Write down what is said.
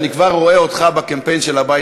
אני כבר רואה אותך בקמפיין הבא של הבית